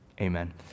amen